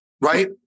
right